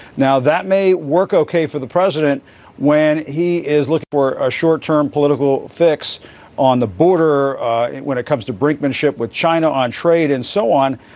now, that may work ok for the president when he is look for a short term political fix on the border when it comes to brinkmanship with china on trade and so on.